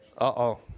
Uh-oh